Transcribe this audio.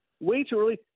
way-too-early